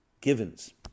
givens